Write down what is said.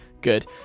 good